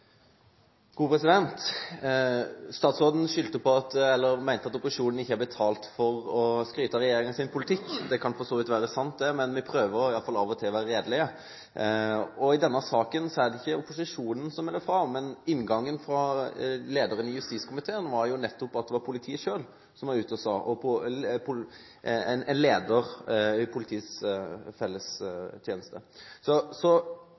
gode svar raskt og stille opp om noe skjer. Kjell Ingolf Ropstad – til siste oppfølgingsspørsmål. Statsråden mente at opposisjonen ikke er betalt for å skryte av regjeringens politikk. Det kan for så vidt være sant, men vi prøver iallfall av og til å være redelige. I denne saken er det ikke opposisjonen som melder fra. Justiskomiteens leder sa i sin innledning at det nettopp var en leder i Politiets Fellesforbund som var ute og sa fra. Problemet er at politiet er meget bekymret. Det er andre gangen en har fått en så